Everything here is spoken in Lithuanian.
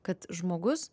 kad žmogus